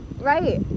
Right